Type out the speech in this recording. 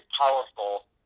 powerful